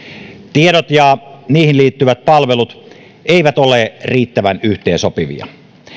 tiedot ja niihin liittyvät palvelut eivät ole riittävän yhteensopivia